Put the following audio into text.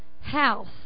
house